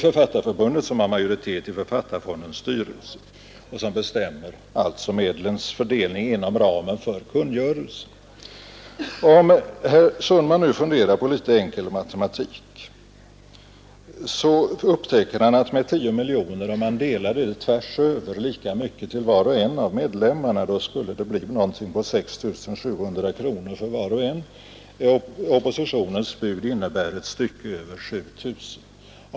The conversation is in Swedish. Författarförbundet har majoritet i författarfondens styrelse, som bestämmer medlens fördelning inom ramen för kungörelsen. Om herr Sundman med hjälp av en enkel matematik fördelar 10 miljoner kronor så att det blir lika mycket till varje medlem, finner han att var och en skulle få omkring 6 700 kronor. Oppositionens bud innebär något mer än 7 000 kronor.